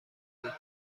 بود